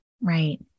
Right